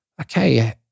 okay